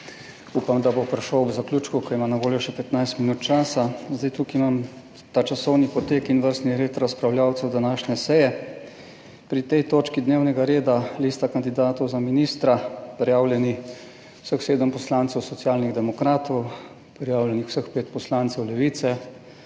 upam, da bo prišel ob zaključku, ki ima na voljo še 15 min časa. Zdaj tukaj imam ta časovni potek in vrstni red razpravljavcev današnje seje, pri tej točki dnevnega reda, Lista kandidatov za ministra, prijavljenih vseh sedem poslancev Socialnih demokratov, prijavljenih vseh pet poslancev Levice,